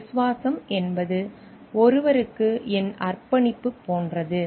எனவே விசுவாசம் என்பது ஒருவருக்கு என் அர்ப்பணிப்பு போன்றது